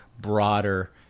broader